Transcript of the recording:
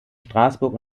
straßburg